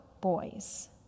boys